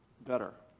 better.